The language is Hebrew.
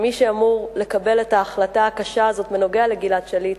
שמי שאמור לקבל את ההחלטה הקשה הזאת בנוגע לגלעד שליט